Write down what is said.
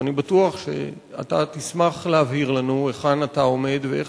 ואני בטוח שאתה תשמח להבהיר לנו היכן אתה עומד ואיך